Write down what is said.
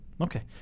Okay